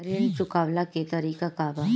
ऋण चुकव्ला के तरीका का बा?